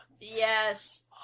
yes